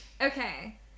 Okay